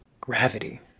gravity